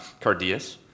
Cardias